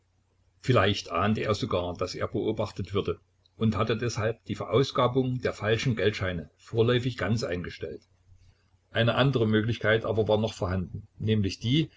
vielleicht ahnte er sogar daß er beobachtet würde und hatte deshalb die verausgabung der falschen geldscheine vorläufig ganz eingestellt eine andere möglichkeit aber war noch vorhanden nämlich die